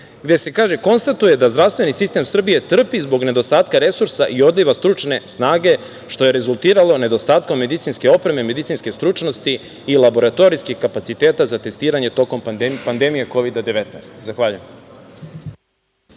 gde se kaže – konstatuje da zdravstveni sistem Srbije trpi zbog nedostatka resursa i odliva stručne snage što je rezultiralo nedostatkom medicinske opreme, medicinske stručnosti i laboratorijskih kapaciteta za testiranje tokom pandemije Kovida-19.Zahvaljujem.